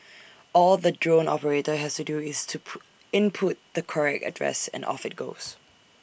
all the drone operator has to do is to input the correct address and off IT goes